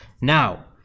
Now